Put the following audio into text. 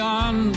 on